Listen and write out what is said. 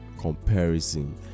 comparison